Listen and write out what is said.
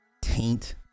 taint